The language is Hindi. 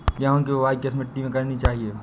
गेहूँ की बुवाई किस मिट्टी में करनी चाहिए?